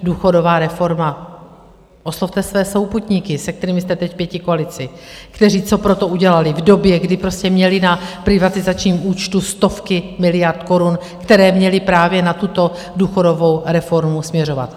důchodová reforma, oslovte své souputníky, se kterými jste teď v pětikoalici, kteří co pro to udělali v době, kdy prostě měli na privatizačním účtu stovky miliard korun, které měli právě na tuto důchodovou reformu směřovat.